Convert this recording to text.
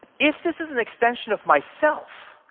if this is an extension of myself,